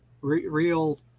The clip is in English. real